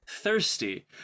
thirsty